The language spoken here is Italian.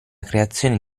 creazione